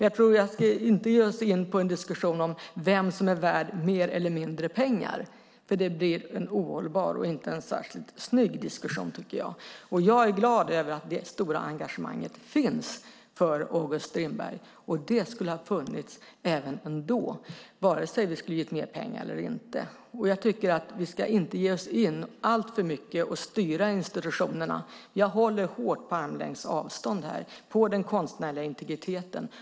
Jag tror att vi inte ska ge oss in på en diskussion om vem som är värd mer eller mindre pengar. Det blir en ohållbar och inte särskilt snygg diskussion, tycker jag. Jag är glad över att det stora engagemanget finns för August Strindberg. Det skulle ha funnits ändå, vare sig vi hade gett mer pengar eller inte. Jag tycker att vi inte alltför mycket ska ge oss in och styra institutionerna. Jag håller hårt på armlängds avstånd här, på den konstnärliga integriteten.